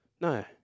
No